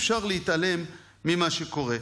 אבל אי-אפשר להתעלם ממה שקורה.